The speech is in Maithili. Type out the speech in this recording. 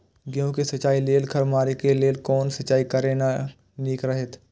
गेहूँ के सिंचाई लेल खर मारे के लेल कोन सिंचाई करे ल नीक रहैत?